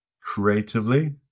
creatively